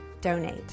donate